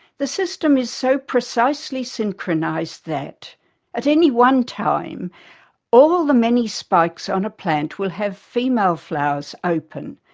the system is so precisely synchronised that at any one time all the many spikes on a plant will have female flowers open,